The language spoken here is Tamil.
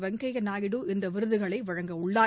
வொங்கையாநாயுடு இந்தவிருதுகளைவழங்கவுள்ளார்